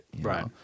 right